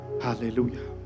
Hallelujah